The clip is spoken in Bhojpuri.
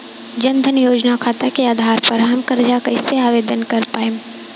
जन धन योजना खाता के आधार पर हम कर्जा कईसे आवेदन कर पाएम?